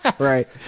Right